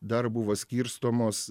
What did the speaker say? dar buvo skirstomos